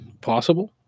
possible